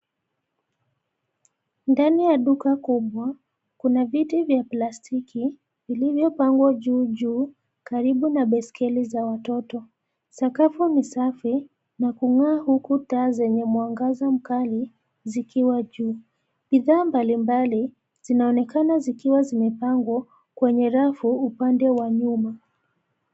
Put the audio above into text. Ndani ya duka kubwa, kuna viti vya plastiki vilivyopangwa juu juu karibu na baiskeli za watoto. Sakafu ni safi na kung'aa huku taa zenye mwangaza mkali zikiwa juu. Bidhaa mbalimbali, zinaonekana zikiwa zimepangwa kwenye rafu upande wa nyuma.